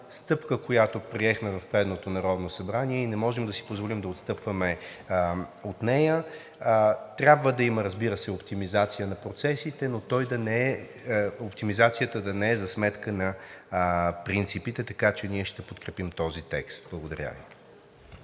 която приехме в предното Народно събрание, и не можем да си позволим да отстъпваме от нея. Трябва да има, разбира се, оптимизация на процесите, но тя да не е за сметка на принципите. Така че ние ще подкрепим този текст. Благодаря Ви.